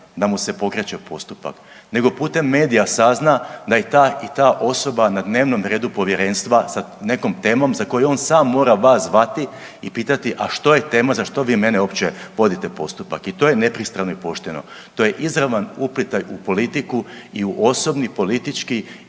da mu se pokreće postupak, nego putem medija sazna da je ta i ta osoba na dnevnom redu Povjerenstva sa nekom temom za koju on sam mora vas zvati i pitati a što je tema za što vi mene uopće vodite postupak? I to je nepristrano i pošteno. To je izravan uplitaj u politiku i u osobni politički